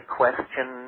question